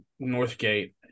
Northgate